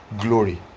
glory